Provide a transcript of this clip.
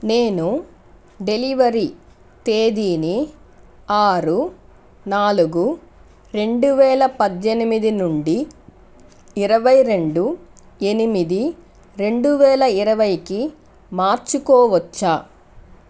నేను డెలివరీ తేదీని ఆరు నాలుగు రెండు వేల పద్దెనిమిది నుండి ఇరవై రెండు ఎనిమిది రెండు వేల ఇరవైకి మార్చుకోవచ్చా